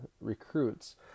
recruits